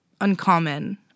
uncommon